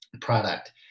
product